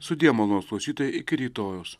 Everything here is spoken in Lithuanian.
sudie malonūs klausytojai iki rytojaus